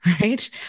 right